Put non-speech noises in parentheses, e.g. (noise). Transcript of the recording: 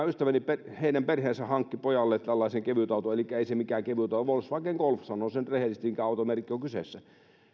(unintelligible) ystäväni perhe hankki pojalle tällaisen kevytauton tai ei se mikään kevytauto ole volkswagen golf sanon sen nyt rehellisesti mikä automerkki on kyseessä